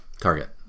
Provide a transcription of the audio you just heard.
target